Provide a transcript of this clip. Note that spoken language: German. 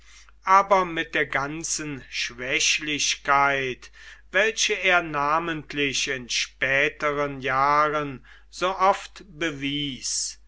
aber mit der ganzen schwächlichkeit welche er namentlich in späteren jahren so oft bewies